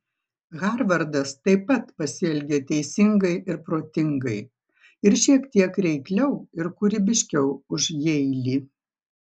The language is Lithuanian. harvardas taip pat pasielgė teisingai ir protingai ir šiek tiek reikliau ir kūrybiškiau už jeilį